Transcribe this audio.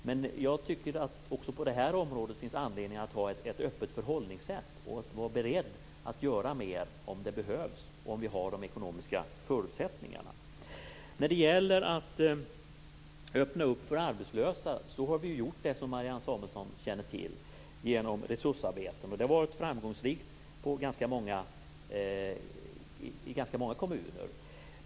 Men jag tycker att det även på det här området finns anledning att ha ett öppet förhållningssätt och att vara beredd att göra mer om det behövs och om vi har de ekonomiska förutsättningarna. Vi har, som Marianne Samuelsson känner till öppnat för arbetslösa genom resursarbeten. Det har varit framgångsrikt i ganska många kommuner.